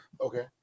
Okay